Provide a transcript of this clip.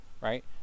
right